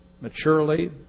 maturely